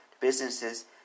businesses